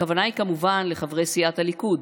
הכוונה היא כמובן לחברי סיעת הליכוד,